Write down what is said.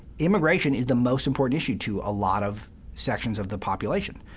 immigration is the most important issue to a lot of sections of the population.